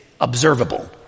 observable